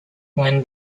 when